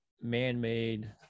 man-made